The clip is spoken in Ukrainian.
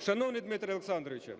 Шановний Димитре Олександровичу,